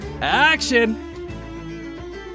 action